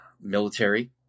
military